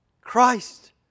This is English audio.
Christ